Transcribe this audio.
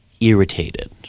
irritated